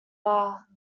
are